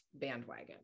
bandwagon